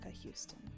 Houston